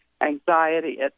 anxiety